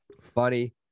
funny